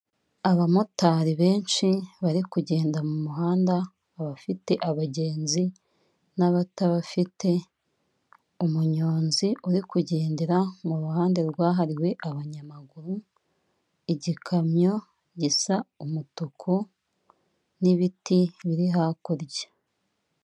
Aba motari benshi bari kugenda mu muhanda, abafite abagenzi n'abatabafite ,umunyonzi uri kugendera mu ruhande rwahariwe abanyamaguru, igikamyo gisa umutuku n'ibiti biri hakurya.